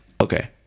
Okay